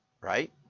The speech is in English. right